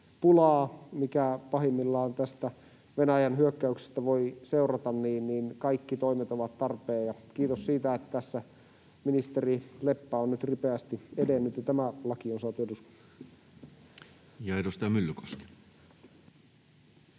mikä pahimmillaan tästä Venäjän hyökkäyksestä voi seurata — kaikki toimet ovat tarpeen. Kiitos siitä, että tässä ministeri Leppä on nyt ripeästi edennyt ja tämä laki on saatu eduskuntaan. Ja edustaja Myllykoski.